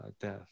death